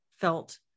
felt